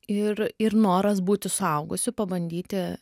ir ir noras būti suaugusiu pabandyti